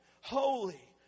Holy